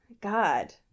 god